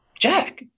Jack